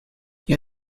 you